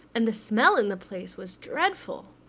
and the smell in the place was dreadful.